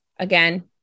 Again